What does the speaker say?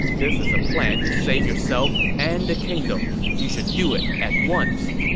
this is a plan to save yourself and the kingdom. you should do it at once.